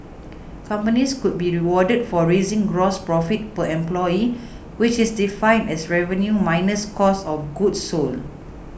companies could be rewarded for raising gross profit per employee which is defined as revenue minus cost of goods sold